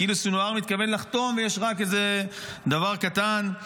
כאילו סנוואר מתכוון לחתום ויש רק איזה דבר קטן,